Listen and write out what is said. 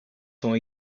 sont